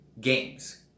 games